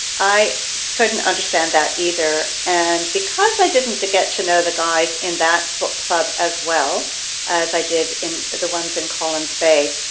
i couldn't understand that either. and because i didn't get to know the guys in that book club as well as i did in the ones in collins bay,